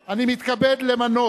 אני מתכבד למנות,